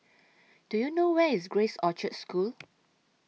Do YOU know Where IS Grace Orchard School